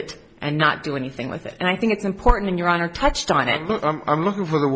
it and not do anything with it and i think it's important in your honor touched on it i'm looking for